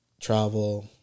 travel